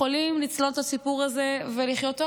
יכולים לצלוח את הסיפור הזה ולחיות טוב,